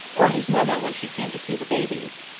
or his mother when she came to see the babies.